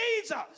Jesus